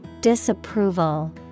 Disapproval